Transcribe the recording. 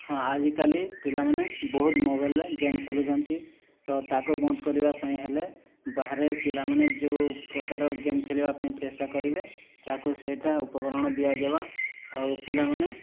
ହଁ ଆଜିକାଲି ପିଲାମାନେ ବହୁତ ମୋବାଇଲରେ ଗେମ୍ ଖେଳୁଚନ୍ତି ତ ତାକୁ ବନ୍ଦ କରିବା ପାଇଁ ହେଲେ ବାହାରେ ପିଲାମାନେ ଯେଉଁ ପ୍ରକାର ଗେମ୍ ଖେଳିବା ପାଇଁ ଚେଷ୍ଟା କରିବେ ତାକୁ ସେଇଟା ଉପକରଣ ଦିଆଯିବ ଆଉ ପିଲାମାନେ